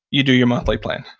you do your monthly plan.